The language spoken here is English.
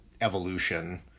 evolution